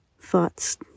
thoughts